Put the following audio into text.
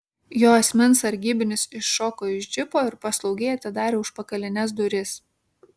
jo asmens sargybinis iššoko iš džipo ir paslaugiai atidarė užpakalines duris